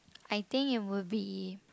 I think it would be